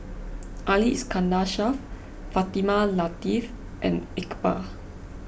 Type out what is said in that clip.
Ali Iskandar Shah Fatimah Lateef and Iqbal